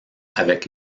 avec